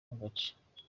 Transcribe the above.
agace